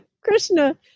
Krishna